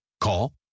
Call